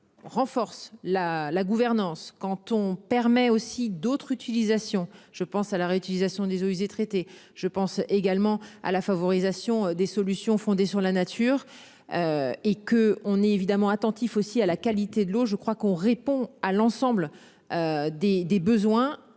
Renforce la la gouvernance canton permet aussi d'autres utilisations, je pense à la réutilisation des eaux usées traitées, je pense également à la favorisation des solutions fondées sur la nature. Et que on est évidemment attentif aussi à la qualité de l'eau. Je crois qu'on répond à l'ensemble. Des des besoins